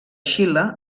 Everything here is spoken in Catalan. xile